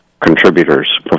contributors